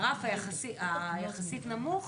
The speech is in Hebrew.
הרף היחסי נמוך